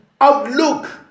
outlook